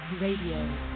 Radio